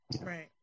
Right